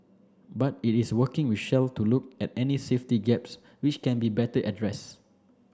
but it is working with Shell to look at any safety gaps which can be better addressed